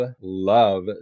love